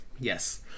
Yes